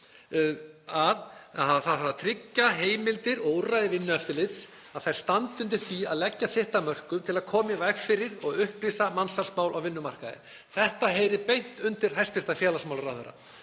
að það þarf að tryggja að heimildir og úrræði vinnueftirlits standi undir því og leggi sitt af mörkum til að koma í veg fyrir og upplýsa mansalsmál á vinnumarkaði. Þetta heyrir beint undir hæstv. félags- og